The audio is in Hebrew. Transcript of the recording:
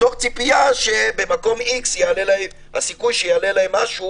מתוך ציפייה שבמקום X יש סיכוי שיעלה להם משהו